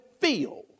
feel